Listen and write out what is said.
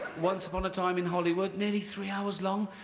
once upon a time in hollywood, nearly three hours long.